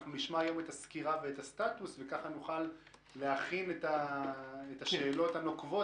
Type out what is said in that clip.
נשמע היום את הסקירה ואת הסטטוס וכך נוכל להכין את השאלות הנוקבות,